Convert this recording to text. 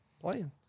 playing